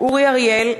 אורי אריאל,